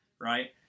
right